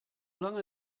lange